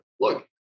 look